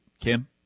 Kim